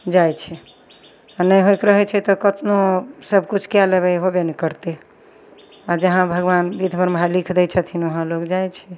जाइ छै आओर ने होइके रहय छै तऽ कतनो सबकिछु कए लेबय होबय नहि करतय आओर जहाँ भगवान लिख दै छथिन वहाँ लोग जाइ छै